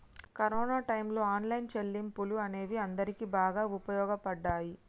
corona టైయ్యంలో online చెల్లింపులు అనేవి అందరికీ బాగా వుపయోగపడ్డయ్యి